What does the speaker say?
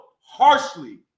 harshly